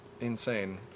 insane